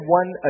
one